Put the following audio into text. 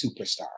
superstar